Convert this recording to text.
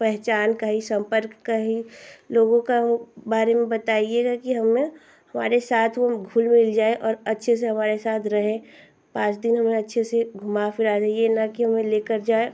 पहचान का ही सम्पर्क का ही लोगों का वो बारे में बताइएगा कि हमें हमारे साथ वो घुल मिल जाए और अच्छे से हमारे साथ रहे पाँच दिन हमें अच्छे से घूमा फिरा दे ये ना कि हमें ले कर जाए